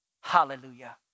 Hallelujah